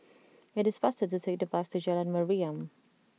it is faster to take the bus to Jalan Mariam